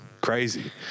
crazy